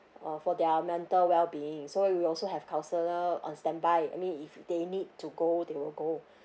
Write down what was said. uh for their mental well being so it'll also have counsellor on standby I mean if they need to go they will go